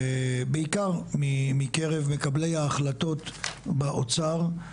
בעיקר מקרב מקבלי ההחלטות באוצר,